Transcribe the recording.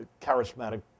charismatic